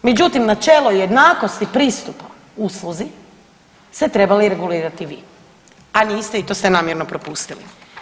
Međutim, načelo jednakosti pristupa usluzi ste trebali regulirati vi, a niste i to ste namjerno propustili.